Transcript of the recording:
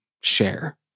share